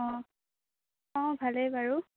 অঁ অঁ ভালেই বাৰু